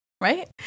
right